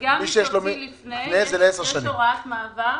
וגם מי שהוציא לפני יש הוראת מעבר,